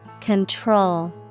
Control